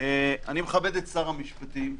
אני מכבד את שר המשפטים.